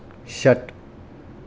षट्